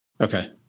Okay